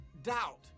doubt